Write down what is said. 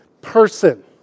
person